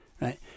right